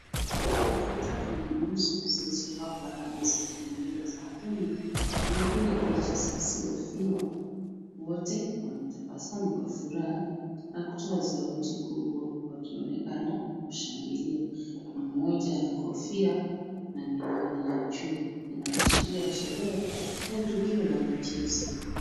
Watu watatu wenye nyuso zilizopakwa rangi za bendera za Kenya wanapiga picha za selfie . Wote wametabsamu kwa furaha na kutoa sauti kubwa wakionekana kushangilia. Mmoja ana kofia na miwani ya jua. Inaashiria sherehe au tukio la michezo.